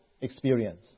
experience